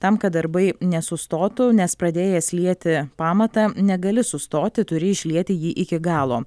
tam kad darbai nesustotų nes pradėjęs lieti pamatą negali sustoti turi išlieti jį iki galo